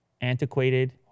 Antiquated